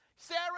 Sarah